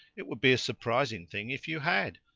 it would be a surprising thing if you had.